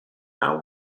now